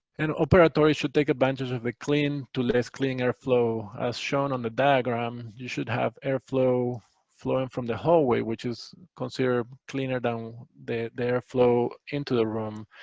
and operatories should take advantage of the clean to less clean airflow as shown on the diagram, you should have airflow flowing from the hallway, which is considered cleaner than the the airflow into the room,